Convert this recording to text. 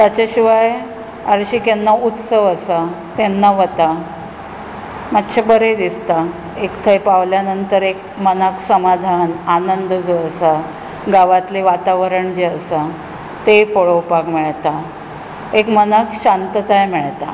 ताचे शिवाय हरशीं केन्नाय उत्सव आसा तेन्ना वता मातशें बरें दिसता एक थंय पावल्या नंतर एक मनाक समाधान आनंद जो आसा गांवांतलें वातावरण जें आसा तें पळोवपाक मेळता एक मनाक शांतताय मेळता